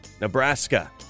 Nebraska